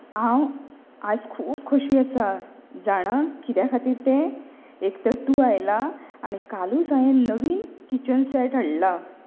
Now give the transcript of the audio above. हांव आयज खूब खोशी आसा जाणा कित्या खातीर तें एक तर तूं आयलां आनी कालूच हांवें नवीन किचन सॅट हाडलां